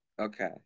Okay